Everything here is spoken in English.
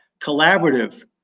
collaborative